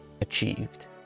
achieved